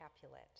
Capulet